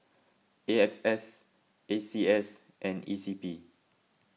A X S A C S and E C P